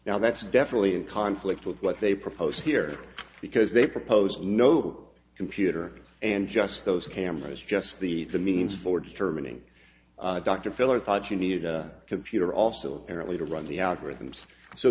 now that's definitely in conflict with what they propose here because they propose no computer and just those cameras just the the means for determining dr phil or thought you needed a computer also apparently to run the algorithms so